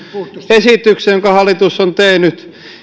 esityksen jonka hallitus on tehnyt